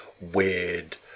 weird